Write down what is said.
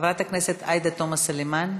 חברת הכנסת עאידה תומא סלימאן,